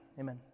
Amen